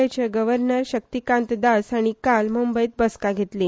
आयचे गर्व्हनर शक्तीकांत दास हाणी काल मुंबयत बसका घेतली